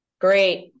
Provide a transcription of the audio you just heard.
Great